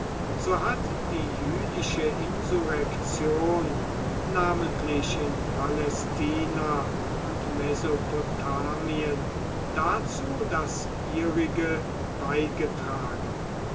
so hat die jüdische insurrektion namentlich in palästina und mesopotamien dazu das ihrige beigetragen